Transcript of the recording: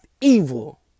evil